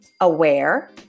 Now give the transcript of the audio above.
aware